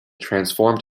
transformed